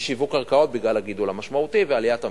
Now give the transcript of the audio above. משיווק קרקעות בגלל הגידול המשמעותי ועליית המחירים.